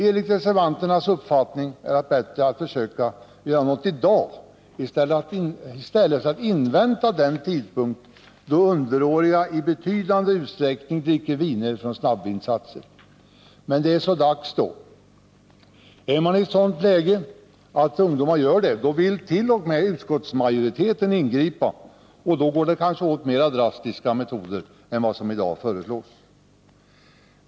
Enligt reservanternas uppfattning är det bättre att försöka göra något i dag i stället för att invänta den tidpunkt då underåriga i betydande utsträckning dricker viner från snabbvinsatser. Men det är så dags då. I ett sådant läge vill t.o.m. utskottsmajoriteten ingripa, och då måste det vidtas kanske mera drastiska metoder än som i dag föreslås.